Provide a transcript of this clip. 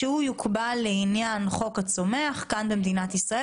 שהוא יוקבל לעניין חוק הצומח כאן במדינת ישראל